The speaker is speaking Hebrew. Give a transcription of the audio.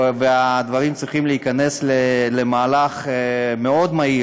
והדברים צריכים להיכנס למהלך מאוד מהיר